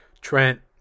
Trent